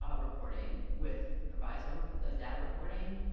ah reporting with the proviso report, the data reporting.